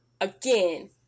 again